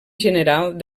general